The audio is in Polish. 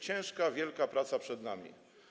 Ciężka, wielka praca przed nami.